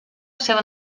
seva